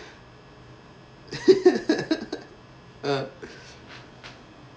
uh